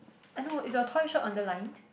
I know is your toy shop underlined